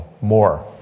more